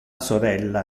sorella